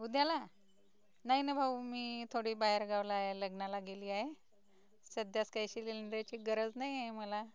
उद्याला नाही ना भाऊ मी थोडी बाहेर गावला लग्नाला गेलीय सध्याच काही शिलिंडरची गरज नाहीये मला